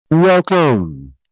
Welcome